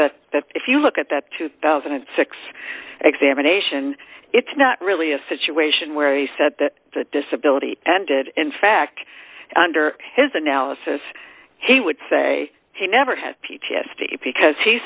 that if you look at that two thousand and six examination it's not really a situation where you said that the disability ended in fact under his analysis he would say he never had p t s d because he